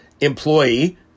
employee